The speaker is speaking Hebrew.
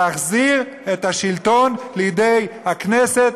ולהחזיר את השלטון לידי הכנסת,